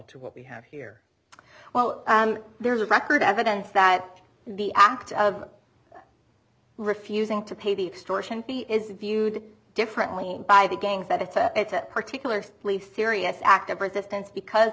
to what we have here well there's a record evidence that the act of refusing to pay the extortion fee is viewed differently by the gangs that it's a particular police serious act of resistance because